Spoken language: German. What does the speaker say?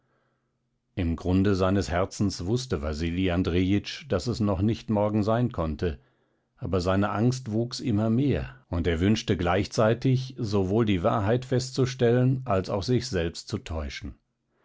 im grunde seines herzens wußte wasili andrejitsch daß es noch nicht morgen sein konnte aber seine angst wuchs immer mehr und er wünschte gleichzeitig sowohl die wahrheit festzustellen als auch sich selbst zu täuschen